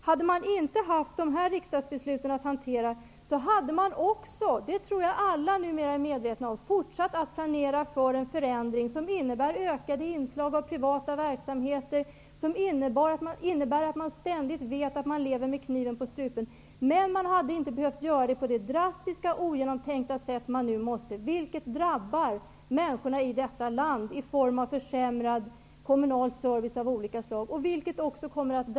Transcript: Hade man inte haft det här riksdagsbeslutet att hantera hade man också -- jag tror att alla numera är medvetna om det -- fortsatt att planera för en förändring som innebär ökade inslag av privata verksamheter, så att man ständigt vet att man lever med kniven på strupen, men man hade inte behövt göra det på det drastiska och ogenomtänkta sätt som man nu tvingas till. Detta drabbar människorna i vårt land i form av försämrad kommunal service av olika slag och genom att många mister jobbet.